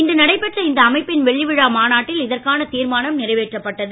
இன்று நடைபெற்ற இந்த அமைப்பின் வெள்ளி விழா மாநாட்டில் இதற்கான தீர்மானம் நிறைவேற்றப்பட்டது